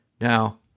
Now